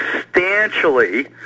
substantially